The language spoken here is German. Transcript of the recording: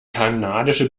kanadische